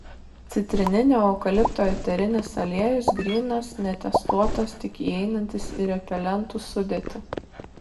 citrininio eukalipto eterinis aliejus grynas netestuotas tik įeinantis į repelentų sudėtį